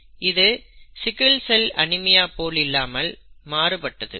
இது sickle cell anaemia போலில்லாமல் மாறுபட்டது